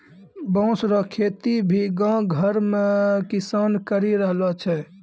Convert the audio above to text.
बाँस रो खेती भी गाँव घर मे किसान करि रहलो छै